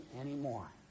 anymore